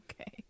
Okay